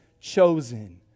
chosen